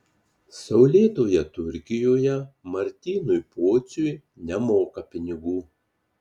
saulėtoje turkijoje martynui pociui nemoka pinigų